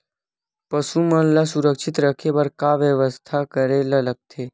पशु मन ल सुरक्षित रखे बर का बेवस्था करेला लगथे?